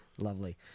Lovely